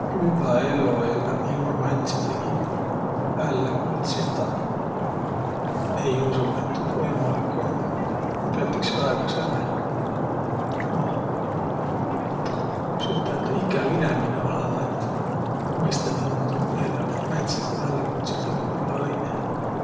Hüvvä ello elläq ilma määntsidegi välläkutsildaq? Ei usuq, et tuu võimalik um. No piät iks väega sääne, noh, kuis üteldäq, ikäv inemine olõma, et mõistaq niimuudu elläq, et määntsitki välläkutsit eloh olõ-õiq.